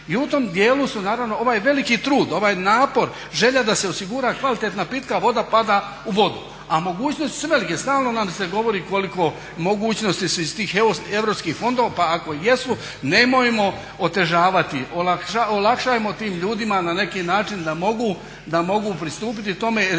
I u tom dijelu su naravno, ovaj veliki trud, ovaj napor, želja da se osigura kvalitetna pitka voda pada u vodu. A mogućnosti su velike, stalno nam se govori kolike mogućnosti su iz tih europskih fondova pa ako jesu nemojmo otežavati, olakšajmo tim ljudima na neki način da mogu pristupiti tome jer imaju